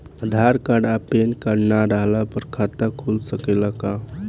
आधार card आ PAN card ना रहला पर खाता खुल सकेला का?